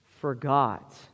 forgot